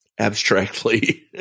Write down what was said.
abstractly